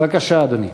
בבקשה, אדוני.